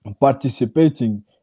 participating